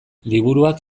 liburuak